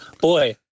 Boy